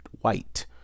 white